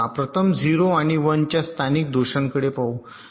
प्रथम 0 आणि 1 च्या स्थानिक दोषांकडे पाहू